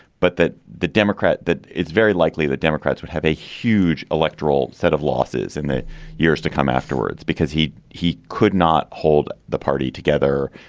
but that the democrat that it's very likely the democrats would have a huge electoral set of losses in the years to come afterwards because he he could not hold the party together,